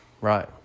right